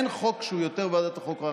אין חוק שהוא יותר ועדת חוקה,